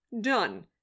done